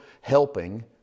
helping